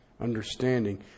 understanding